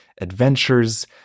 adventures